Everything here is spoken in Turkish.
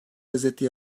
lezzetli